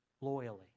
loyally